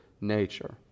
nature